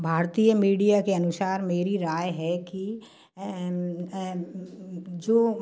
भारतीय मीडिया के अनुसार मेरी राय है की जो